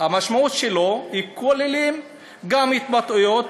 המשמעות שלו כוללת גם התבטאויות.